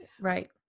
right